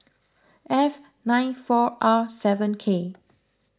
F nine four R seven K